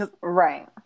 right